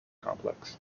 complex